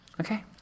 Okay